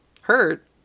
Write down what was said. hurt